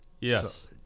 Yes